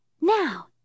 now